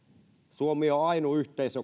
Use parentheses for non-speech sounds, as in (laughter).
suomi on minun tietääkseni ainut yhteisö (unintelligible)